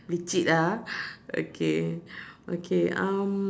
play cheat ah okay okay um